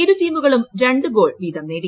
ഇരു ടീമുകളും രണ്ട് ഗോൾ വീതം നേടി